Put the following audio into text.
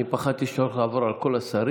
פחדתי שאתה הולך לעבור על כל השרים.